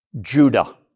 Judah